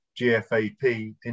GFAP